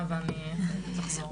אני רוצה שתסתכלו